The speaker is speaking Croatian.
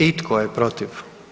I tko je protiv?